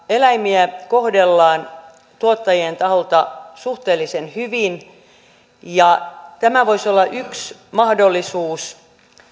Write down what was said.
eläimiä kohdellaan tuottajien taholta suhteellisen hyvin ja tämä voisi olla yksi mahdollisuus